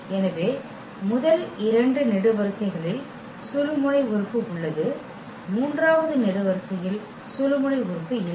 எனவே முதல் இரண்டு நெடுவரிசைகளில் சுழுமுனை உறுப்பு உள்ளது மூன்றாவது நெடுவரிசையில் சுழுமுனை உறுப்பு இல்லை